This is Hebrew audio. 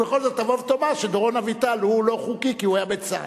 ובכל זאת תבוא ותאמר שדורון אביטל הוא לא חוקי כי הוא היה בצה"ל.